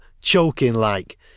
choking-like